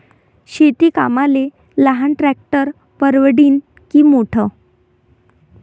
शेती कामाले लहान ट्रॅक्टर परवडीनं की मोठं?